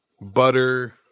butter